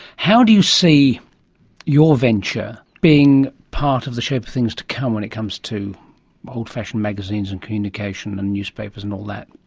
how do you see your venture being part of the shape of things to come when it comes to old-fashioned magazines and communication and newspapers and all that?